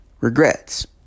regrets